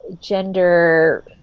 gender